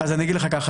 אחד,